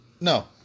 No